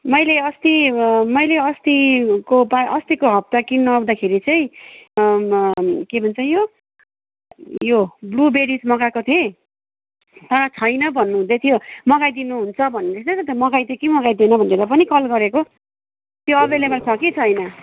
मैले अस्ति मैले अस्तिको पा अस्तिको हप्ता किन्नु आउँदाखेरि चाहिँ के भन्छ यो यो ब्लूबेरिस मगाएको थिएँ तर छैन भन्नुहुँदैथ्यो मगाइदिनुहुन्छ भन्दैथ्यो नि त मगाइदियो कि मगाइदिएन भनेर पनि कल गरेको त्यो एभाइलेबल छ कि छैन